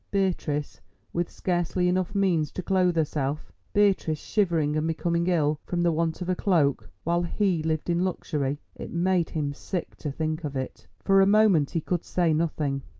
beatrice with scarcely enough means to clothe herself beatrice shivering and becoming ill from the want of a cloak while he lived in luxury! it made him sick to think of it. for a moment he could say nothing.